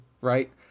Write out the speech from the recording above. right